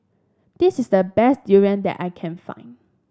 this is the best durian that I can find